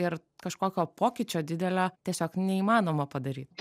ir kažkokio pokyčio didelio tiesiog neįmanoma padaryt